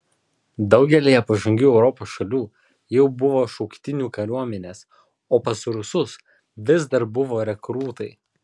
daugelyje pažangių europos šalių jau buvo šauktinių kariuomenės o pas rusus vis dar buvo rekrūtai